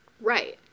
right